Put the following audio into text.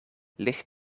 ligt